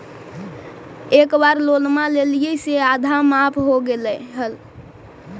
एक बार लोनवा लेलियै से आधा माफ हो गेले हल?